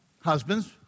Husbands